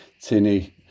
Tinny